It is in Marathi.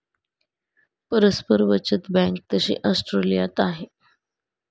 परस्पर बचत बँक तशी तर ऑस्ट्रेलियात आहे